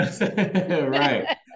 Right